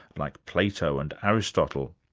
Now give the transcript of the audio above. like plato and aristotle.